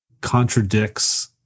contradicts